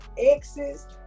exes